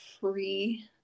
free